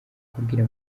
kubwira